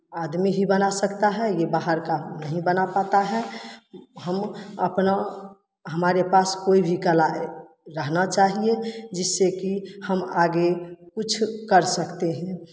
आदमी ही बना सकता है ये बाहर का नहीं बना पाता है हम अपना हमारे पास कोई भी कला रहना चाहिए जिससे कि हम आगे कुछ कर सकते हैं